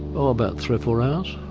but about three or four hours.